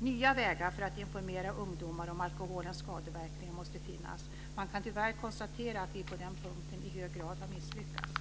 Nya vägar för att informera ungdomar om alkoholens skadeverkningar måste finnas. Man kan tyvärr konstatera att vi på den punkten i hög grad har misslyckats.